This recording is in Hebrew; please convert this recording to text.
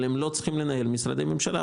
אבל הם לא צריכים לנהל משרדי ממשלה,